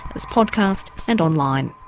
as podcast and online.